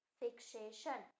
fixation